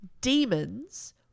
demons